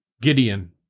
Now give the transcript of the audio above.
Gideon